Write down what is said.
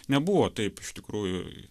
nebuvo taip iš tikrųjų